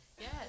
Yes